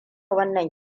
wannan